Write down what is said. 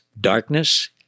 darkness